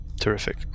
terrific